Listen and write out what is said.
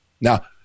Now